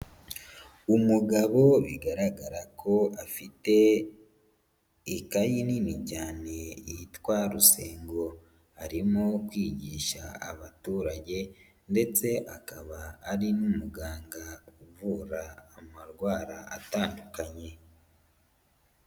Umugabo bigaragara ko afite ikayi nini cyane yitwa rusengo, arimo kwigisha abaturage ndetse akaba ari n'umuganga uvura amarwara atandukanye.